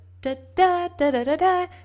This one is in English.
da-da-da-da-da-da